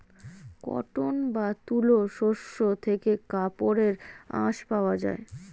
cotton বা তুলো শস্য থেকে কাপড়ের আঁশ পাওয়া যায়